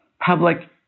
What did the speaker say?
public